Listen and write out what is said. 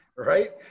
right